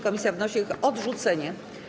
Komisja wnosi o ich odrzucenie.